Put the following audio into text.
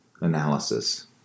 analysis